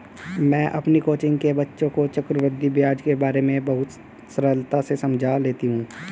मैं अपनी कोचिंग के बच्चों को चक्रवृद्धि ब्याज के बारे में बहुत सरलता से समझा लेती हूं